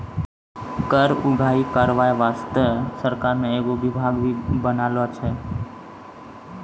कर उगाही करबाय बासतें सरकार ने एगो बिभाग भी बनालो छै